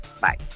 Bye